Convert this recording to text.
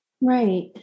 Right